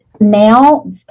now